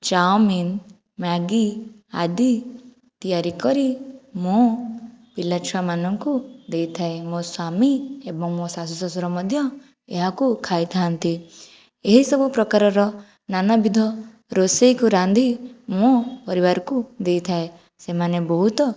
chowmein Maggi ଆଦି ତିଆରି କରି ମୁଁ ପିଲାଛୁଆମାନଙ୍କୁ ଦେଇଥାଏ ମୋ ସ୍ୱାମୀ ଏବଂ ମୋ ଶାଶୁ ଶଶୁର ମଧ୍ୟ ଏହାକୁ ଖାଇଥାନ୍ତି ଏହିସବୁ ପ୍ରକାରର ନାନାବିଧ ରୋଷେଇକୁ ରାନ୍ଧି ମୁଁ ପରିବାରକୁ ଦେଇଥାଏ ସେମାନେ ବହୁତ